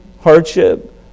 hardship